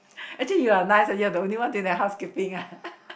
actually you are nice you are the only doing the housekeeping ah